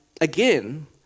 again